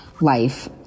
life